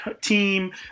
team